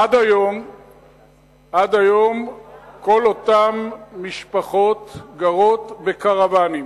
עד היום כל אותן משפחות גרות בקרוונים,